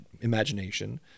imagination